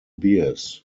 bears